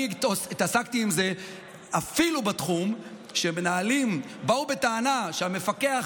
אני התעסקתי עם זה אפילו בתחום שמנהלים באו בטענה שהמפקח